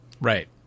Right